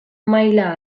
maila